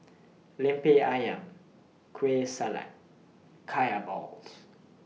Lemper Ayam Kueh Salat Kaya Balls